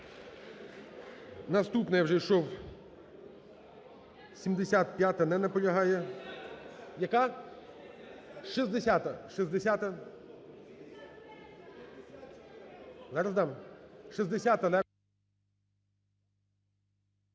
Наступна, я вже йшов… 75-а. Не наполягає. Яка? 60-а. 60-а?